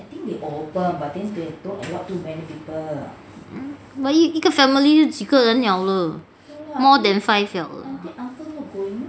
but 一个 family 就有几个人了了 more than five 了了